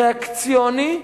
ריאקציוני,